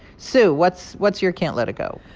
sue, what's what's your can't let it go?